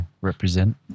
represent